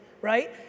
right